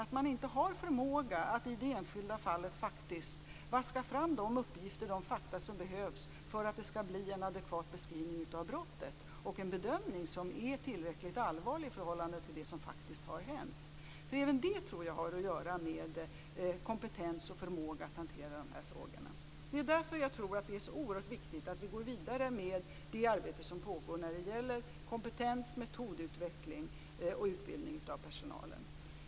Man har kanske inte förmåga att i det enskilda fallet faktiskt vaska fram de uppgifter och de fakta som behövs för att det skall bli en adekvat beskrivning av brottet och en bedömning som är tillräckligt allvarlig i förhållande till det som faktiskt har hänt. Jag tror att även det har att göra med kompetens och förmåga att hantera dessa frågor. Det är därför jag tror att det är så oerhört viktigt att vi går vidare med det arbete som pågår när det gäller kompetens, metodutveckling och utbildning av personalen.